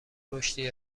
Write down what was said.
رشدی